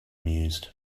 mused